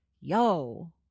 yo